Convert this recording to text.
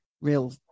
real